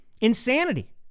insanity